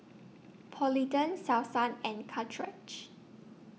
Polident Selsun and